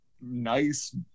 Nice